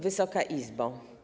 Wysoka Izbo!